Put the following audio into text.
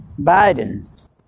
Biden